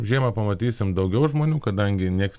žiemą pamatysim daugiau žmonių kadangi nieks